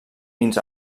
fins